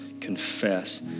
confess